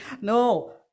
No